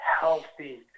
healthy